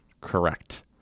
correct